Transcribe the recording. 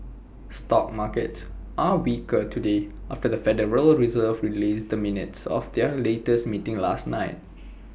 stock markets are weaker today after the federal reserve released the minutes of their latest meeting last night